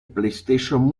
playstation